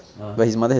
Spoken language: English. (uh huh)